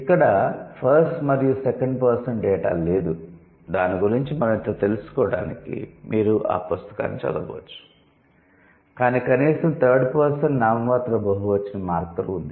ఇక్కడ ఫస్ట్ మరియు second person data లేదు దాని గురించి మరింత తెలుసుకోవడానికి మీరు ఆ పుస్తకాన్ని చదవవచ్చు కాని కనీసం థర్డ్ పర్సన్ నామమాత్రపు బహువచనం మార్కర్ ఉంది